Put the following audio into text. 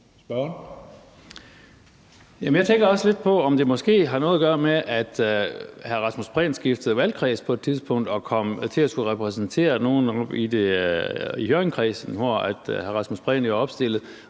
Jeg tænker også lidt på, om det måske har noget at gøre med, at hr. Rasmus Prehn skiftede valgkreds på et tidspunkt og kom til at skulle repræsentere nogle i Hjørringkredsen, hvor hr. Rasmus Prehn jo er opstillet.